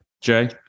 Jay